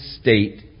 state